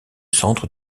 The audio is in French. centre